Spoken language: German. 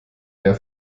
mehr